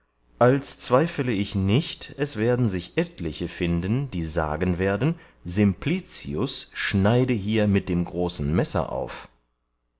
als zweifele ich nicht es werden sich etliche finden die sagen werden